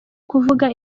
kuvuga